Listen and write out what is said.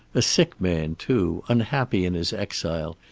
a sick man, too, unhappy in his exile,